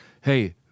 Hey